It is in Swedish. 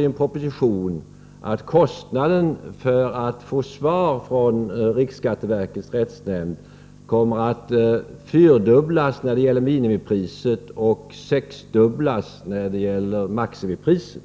i en proposition föreslå att kostnaden för ett svar från riksskatteverkets rättsnämnd fyrdubblas när det gäller minimipriset och sexdubblas när det gäller maximipriset.